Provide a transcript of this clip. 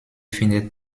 findet